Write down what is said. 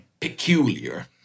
peculiar